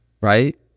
right